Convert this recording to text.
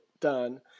done